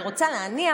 אני רוצה להניח,